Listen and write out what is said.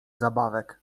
zabawek